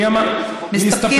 מי אמר, נסתפק.